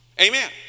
Amen